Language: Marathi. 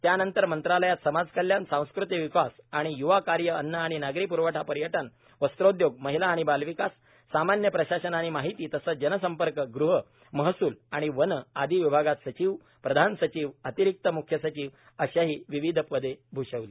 त्यानंतर मंत्रालयात समाज कल्याण सांस्कृतिक विकास आणि युवा कार्य अन्न आणि नागरी प्रवठा पर्यटन वस्त्रोदयोग महिला आणि बालविकास सामान्य प्रशासन आणि माहिती तसंच जनसंपर्क गृह महसूल आणि वने आदी विभागात सचिव प्रधान सचिव अतिरिक्त म्ख्य सचिव अशा ही विविध पदे भ्षवली